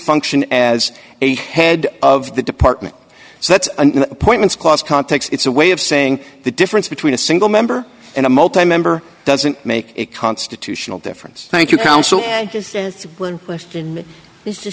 function as a head of the department so that's an appointments clause context it's a way of saying the difference between a single member and a multimeter doesn't make it constitutional difference thank you counsel